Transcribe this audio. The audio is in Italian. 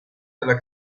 dalla